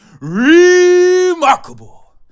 remarkable